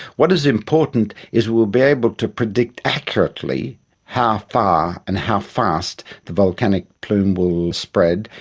what is important is we will be able to predict accurately how far and how fast the volcanic plume will spread,